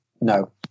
no